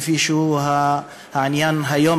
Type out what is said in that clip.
כפי שהעניין היום,